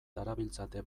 darabiltzate